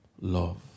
love